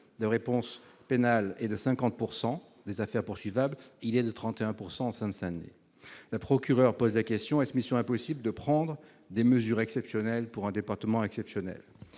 de réponses pénales et de 50 pourcent des affaires poursuivable il y a de 31 pourcent en Seine-Saint-Denis, le procureur pose la question est-ce mission impossible de prendre des mesures exceptionnelles pour un département exceptionnelle